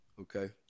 okay